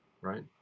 right